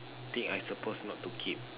thing I supposed not to keep